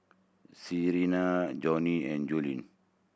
Salena Joni and Julien